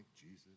Jesus